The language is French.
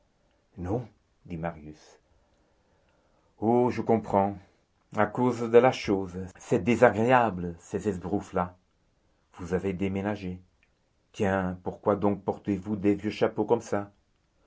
non dit marius oh je comprends à cause de la chose c'est désagréable ces esbroufes là vous avez déménagé tiens pourquoi donc portez-vous des vieux chapeaux comme ça